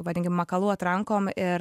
vadinkim makaluot rankom ir